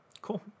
Cool